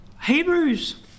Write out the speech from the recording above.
Hebrews